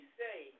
say